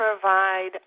provide